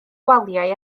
waliau